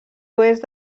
oest